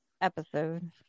episode